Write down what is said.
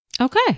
Okay